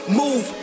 move